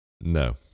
No